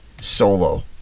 solo